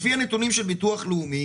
לפי הנתונים של ביטוח לאומי